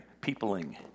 peopling